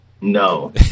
No